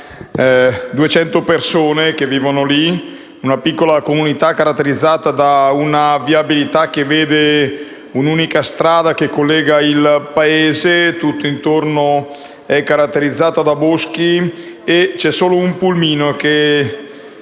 persone che vivono lì, una piccola comunità caratterizzata da una viabilità che vede un'unica strada che collega il paese, tutt'intorno è caratterizzata da boschi. C'è solo un pulmino che